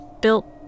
built